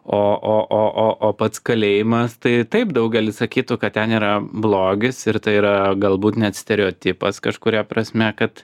o o o o pats kalėjimas tai taip daugelis sakytų kad ten yra blogis ir tai yra galbūt net stereotipas kažkuria prasme kad